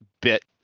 bit